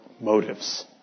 motives